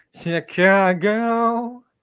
Chicago